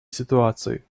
ситуации